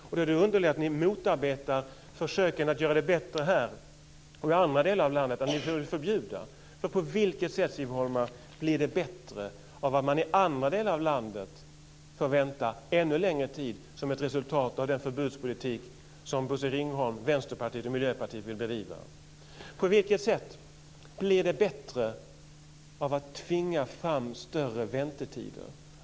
Och ni motarbetar försöken att göra det bättre här och i andra delar av landet där ni vill förbjuda alternativ. På vilket sätt, Siv Holma, blir det bättre av att man i andra delar av landet får vänta ännu längre tid, som ett resultat av den förbudspolitik som Bosse Ringholm, Vänsterpartiet och Miljöpartiet vill bedriva? På vilket sätt blir det bättre av att tvinga fram längre väntetider?